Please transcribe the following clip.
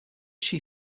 she